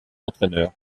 entraîneur